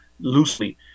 loosely